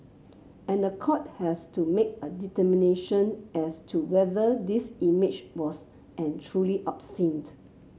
and the court has to make a determination as to whether this image was and truly obscene